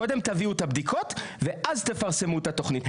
קודם תביאו את הבדיקות ואז תפרסמו את התוכנית.